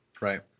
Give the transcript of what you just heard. Right